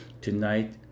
tonight